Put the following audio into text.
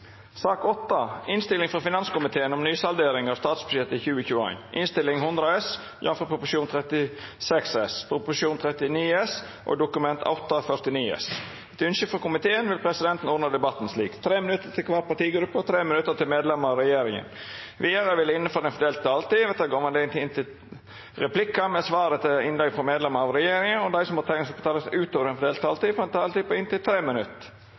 sak nr. 7. Etter ynskje frå finanskomiteen vil presidenten ordna debatten slik: 3 minutt til kvar partigruppe og 3 minutt til medlemer av regjeringa. Vidare vil det – innanfor den fordelte taletida – verta gjeve høve til replikkar med svar etter innlegg frå medlemer av regjeringa, og dei som måtte teikna seg på talarlista utover den fordelte taletida, får også ei taletid på inntil 3 minutt.